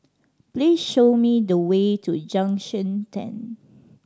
please show me the way to Junction Ten